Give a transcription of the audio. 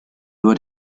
would